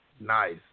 Nice